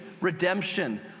redemption